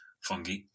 fungi